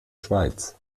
schweiz